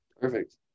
Perfect